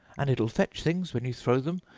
and it'll fetch things when you throw them,